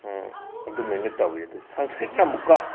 ꯑꯗꯨꯃꯥꯏꯅ ꯇꯧꯏ ꯑꯗꯨ ꯁꯪꯁꯀ꯭ꯔꯤꯠꯅ ꯑꯃꯨꯛꯀ